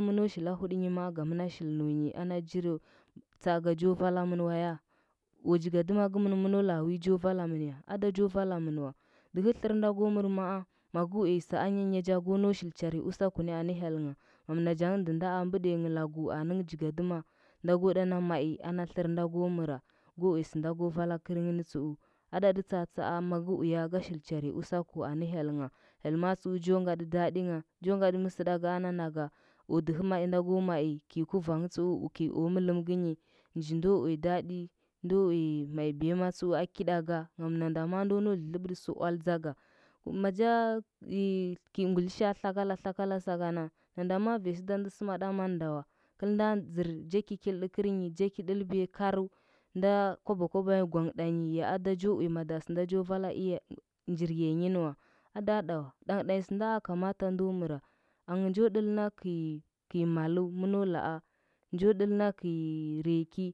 mɚno shili huɗinyi ma tsaaka ga mɚna shil nunyi na jiri tsaaga jo vaomɚn wa ya ya jigadɚma gɚmɚn mɚno laa wi cho nalamɚn yaz ada jo valamɚn wa dɚhɚ tlɚr nda go mɚr maa magɚ uya sɚ anya nyaja ko nau shil charinyi usakuni anɚ hyel ma ngam najamgɚ nɚɚnda a mbɚɗiyangh lagu, a nɚngh jigadɚma nda ko ɗana mal ana tlɚr nda go mɚra ja uya sɚnda go vala kɚrɚngh ni tsuu adati tsatsaa makɚ uya ga shil charnyi usaku nlanɚ hyel ma? Hyel ma tsu jo ngatɚ daɗi ngha, jo ngatɚ mɚsɚɗagɚ ana naga ya dɚhɚ ai nda go ai nji ndo uya daɗi, ndo yi mai biyama tsu adakiɗaga ngem nanda ma ndo nau dlɚdlɚbɗɚsɚ ual ttsaga macha gi ngulishaa tlakala tlakala sagana, nanda vanya sɚda nda sɚmara manda wa, kɚlnda zɚr ja kikilɗi kɚrinyi ja ki ɗɚlbiya kari nda kwaba kwabanyi gwana ɗanyi ya ada jo uya bada sɚnda jo vala iya, njir yanyi nɚ wa ada ɗawa dang ɗanyi sɚnda kamata ndo mɚra angɚ njo ɗɚlnda kɚi malu mɚna laa njo dɚlnda kɚi reki.